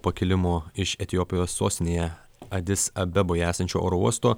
pakilimo iš etiopijos sostinėje adis abeboje esančio oro uosto